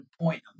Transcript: point